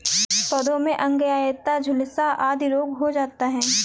पौधों में अंगैयता, झुलसा आदि रोग हो जाता है